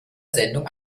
sendung